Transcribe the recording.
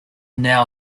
now